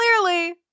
clearly